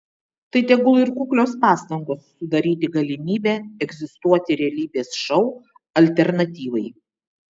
tai tegul ir kuklios pastangos sudaryti galimybę egzistuoti realybės šou alternatyvai